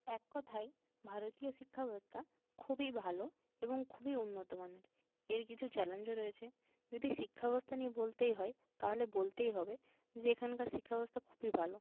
এককথায় ভারতীয় শিক্ষা ব্যবস্থা খুবই ভালো এবং খুবই উন্নত মানের এর কিছু চ্যালেঞ্জও রয়েছে যদি শিক্ষা ব্যবস্থা নিয়ে বলতেই হয় তাহলে বলতেই হবে যে এখানকার শিক্ষা ব্যবস্থা খুবই ভালো